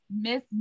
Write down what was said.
miss